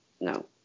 no